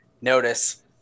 notice